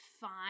fine